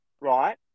right